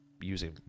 using